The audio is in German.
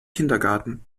kindergarten